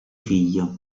figlio